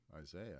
Isaiah